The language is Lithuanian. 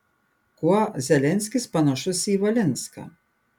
kuo zelenskis panašus į valinską